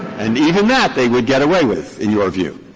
and even that, they would get away with, in your view,